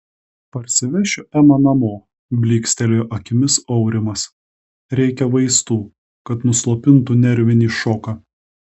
parsivešiu emą namo blykstelėjo akimis aurimas reikia vaistų kad nuslopintų nervinį šoką